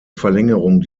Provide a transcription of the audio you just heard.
verlängerung